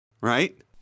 Right